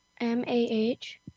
M-A-H